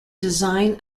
design